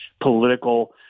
political